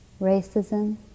racism